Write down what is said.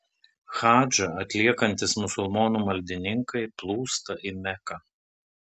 hadžą atliekantys musulmonų maldininkai plūsta į meką